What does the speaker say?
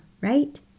right